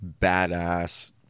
badass